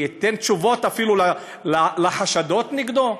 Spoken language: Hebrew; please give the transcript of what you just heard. שלא ייתן תשובות אפילו על החשדות נגדו?